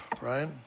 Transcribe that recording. right